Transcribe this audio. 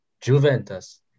Juventus